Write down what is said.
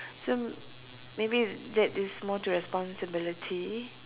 so maybe that is more to responsibility